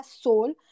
Soul